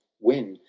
when,